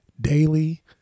daily